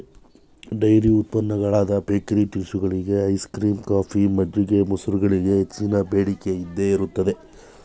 dairy ಉತ್ಪನ್ನಗಳಾದ bakery ತಿನಿಸುಗಳಿಗೆ, ice cream, coffee, ಮಜ್ಜಿಗೆ, ಮೊಸರುಗಳಿಗೆ ಹೆಚ್ಚಿನ ಬೇಡಿಕೆ ಇದ್ದೇ ಇರುತ್ತದೆ